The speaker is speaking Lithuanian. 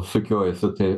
sukiojosi tai